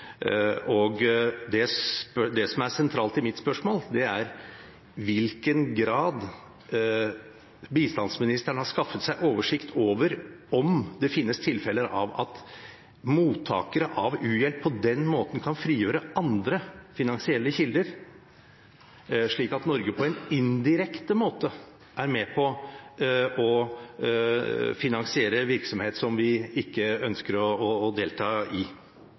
Det som er sentralt i mitt spørsmål, er i hvilken grad bistandsministeren har skaffet seg oversikt over om det finnes tilfeller der mottakere av u-hjelp på denne måten kan frigjøre andre finansielle kilder, slik at Norge på en indirekte måte er med på å finansiere virksomhet som vi ikke ønsker å delta i?